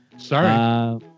sorry